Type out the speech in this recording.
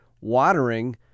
watering